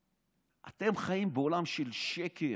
אתם חיים בעולם של שקר.